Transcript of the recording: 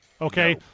Okay